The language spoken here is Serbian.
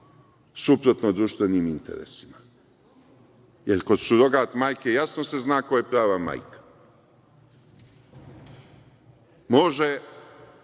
suprotno društvenim interesima. Jer, kod surogat majke jasno se zna ko je prava majka. Može